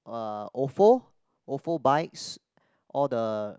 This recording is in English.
uh ofo ofo bikes all the